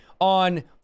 on